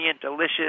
delicious